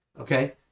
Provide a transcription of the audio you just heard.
okay